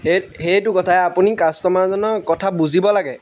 সেই সেইটো কথাই আপুনি কাষ্টমাৰজনৰ কথা বুজিব লাগে